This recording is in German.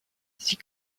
sie